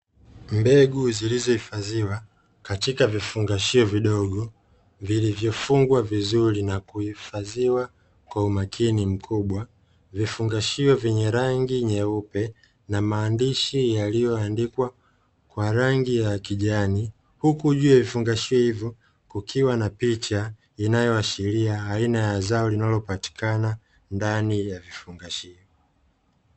Mbegu zilizohifadhiwa katika vifungashio vidogo vilivyofungwa vizuri na kuhifadhiwa kwa umakini mkubwa, vifungashio vyenye rangi nyeupe na maandishi yaliyoandikwa kwa rangi ya kijani, huku juu ya vifungashio hivyo kukiwa na picha inayoashiria aina ya zao linalopatikana ndani ya vifungashio.